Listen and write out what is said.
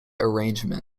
arrangement